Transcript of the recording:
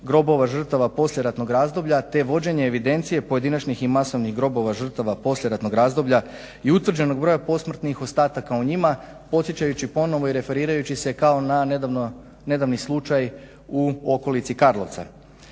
grobova žrtava poslijeratnog razdoblja te vođenje evidencije pojedinačnih i masovnih grobova žrtava poslijeratnog razdoblja i utvrđenog broja posmrtnih ostataka u njima, podsjećajući ponovo i referirajući se kao na nedavni slučaj u okolici Karlovca.